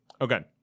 Okay